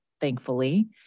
thankfully